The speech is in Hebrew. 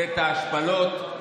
את ההשפלות,